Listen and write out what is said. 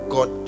God